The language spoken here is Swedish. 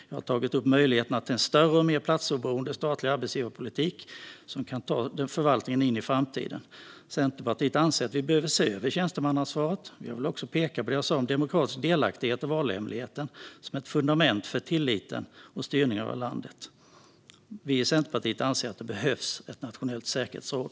Jag har tagit upp möjligheterna till en större och mer platsoberoende statlig arbetsgivarpolitik som kan ta förvaltningen in i framtiden. Centerpartiet anser att vi behöver se över tjänstemannaansvaret. Jag vill också peka på det jag sa om demokratisk delaktighet och valhemligheten som ett fundament för tilliten och styrningen av landet. Vi i Centerpartiet anser att det behövs ett nationellt säkerhetsråd.